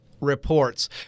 Reports